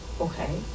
Okay